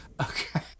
Okay